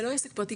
זה לא עסק פרטי,